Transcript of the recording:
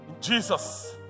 Jesus